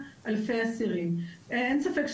זה בדיוק מה שאמרתי